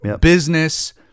business